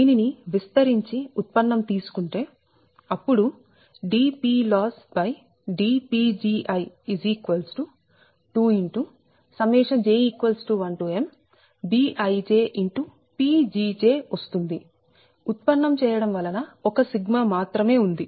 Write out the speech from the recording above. దీనిని విస్తరించి ఉత్పన్నం తీసుకుంటే అప్పుడు dPLossdPgi2j1mBijPgj వస్తుంది ఉత్పన్నం చేయడం వలన ఒక Σ మాత్రమే ఉంది